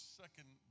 second